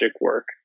work